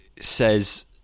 says